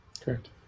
Correct